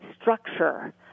structure